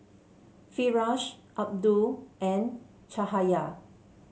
Firash Abdul and Cahaya